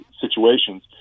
situations